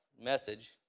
message